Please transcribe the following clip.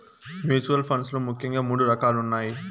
mutual funds లో ముఖ్యంగా మూడు రకాలున్నయ్